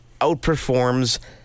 outperforms